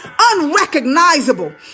unrecognizable